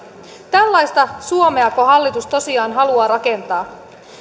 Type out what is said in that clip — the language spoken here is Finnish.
tällaistako suomea hallitus tosiaan haluaa rakentaa